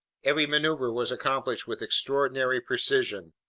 every maneuver was accomplished with extraordinary precision.